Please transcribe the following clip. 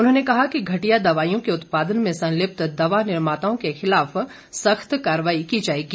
उन्होंने कहा कि घटिया दवाईयों के उत्पादन में संलिप्त दवा निर्माताओं के खिलाफ सख्त कार्रवाई की जाएगी